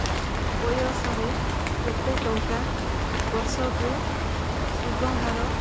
ବୟସରେ କେତେ ଟଙ୍କା ବର୍ଷକୁ ସୁଧହାର